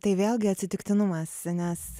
tai vėlgi atsitiktinumas nes